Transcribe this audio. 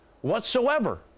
whatsoever